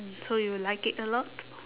mm so you like it a lot